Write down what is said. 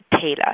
Taylor